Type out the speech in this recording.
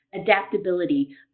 adaptability